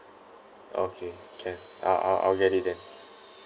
okay can I I'll I'll get it then